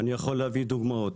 אני יכול להביא דוגמאות.